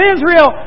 Israel